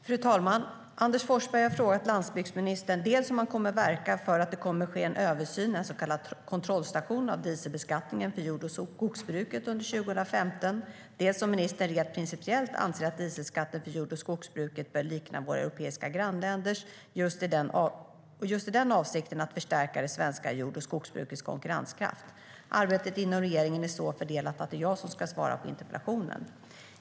Fru talman! Anders Forsberg har frågat landsbygdsministern dels om han kommer att verka för att det kommer att ske en översyn, en så kallad kontrollstation, av dieselbeskattningen för jord och skogsbruket under 2015, dels om ministern rent principiellt anser att dieselskatten för jord och skogsbruket bör likna våra europeiska grannländers, just i den avsikten att förstärka det svenska jord och skogsbrukets konkurrenskraft. Arbetet inom regeringen är så fördelat att det är jag som ska svara på interpellationen.